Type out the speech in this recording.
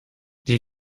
die